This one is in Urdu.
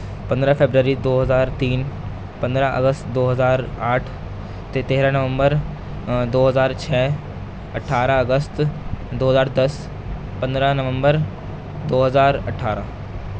پندرہ فیبرری دو ہزار تین پندرہ اگست دو ہزار آٹھ تیرہ نومبر دو ہزار چھ اٹھارہ اگست دو ہزار دس پندرہ نومبر دو ہزار اٹھارہ